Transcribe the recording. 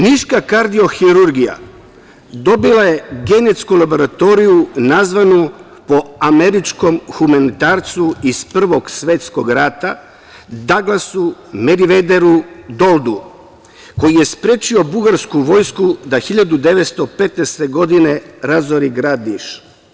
Niška kardiohirurgija dobila je genetsku laboratoriju nazvanu po američkom humanitarcu iz Prvog svetskog rata Daglasu Merivederu Doldu, koji je sprečio bugarsku vojsku da 1915. godine razori grad Niš.